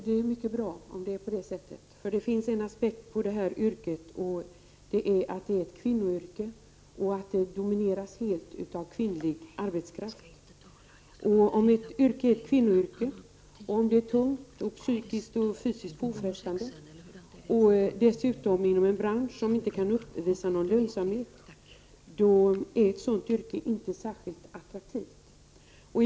Fru talman! Jag noterar med glädje att Aina Westin medger att det skulle vara bra med försöksverksamhet med kortare arbetsdag. Det är mycket bra om det är så, för det finns en aspekt att beakta i det här arbetet. Detta är ett kvinnoyrke; det domineras helt av kvinnlig arbetskraft. Om arbetet är tungt, psykiskt och fysiskt påfrestande och dessutom utförs inom en bransch som inte kan uppvisa någon lönsamhet, då är yrket inte särskilt attraktivt.